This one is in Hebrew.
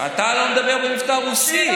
אתה לא מדבר במבטא רוסי.